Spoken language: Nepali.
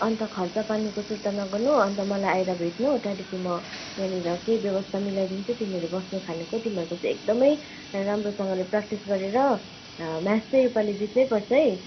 अन्त खर्च पानीको सुर्ता नगर्नु अन्त मलाई आएर भेट्नु त्यहाँदेखि म यहाँनिर केही व्यवस्था मिलाइदिन्छु तिमीहरू बस्नु खानुको तिमीहरूको चाहिँ एकदमै राम्रोसँगले प्र्याक्टिस गरेर म्याच चाहिँ योपालि जित्नै पर्छ है